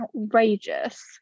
outrageous